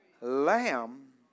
lamb